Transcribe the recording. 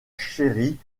chérie